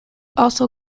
also